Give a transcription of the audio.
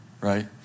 right